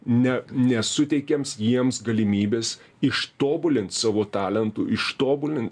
ne nesuteikiams jiems galimybės ištobulint savo talentų ištobulin